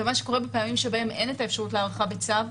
ומה שקורה בפעמים שאין אפשרות להארכה בצו,